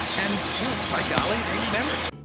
and, you know by golly, they remembered.